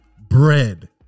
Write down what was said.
bread